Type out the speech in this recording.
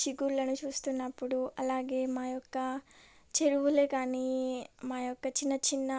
చిగుళ్ళను చూస్తున్నప్పుడు అలాగే మా యొక్క చెరువులే గానీ మా యొక్క చిన్న చిన్న